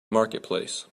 marketplace